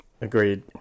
Agreed